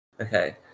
okay